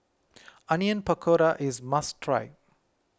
Onion Pakora is a must try